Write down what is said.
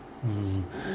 mm